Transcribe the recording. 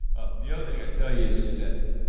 the other thing i'd tell you is that